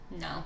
No